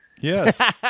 Yes